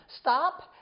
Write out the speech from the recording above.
Stop